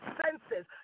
senses